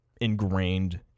ingrained